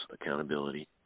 accountability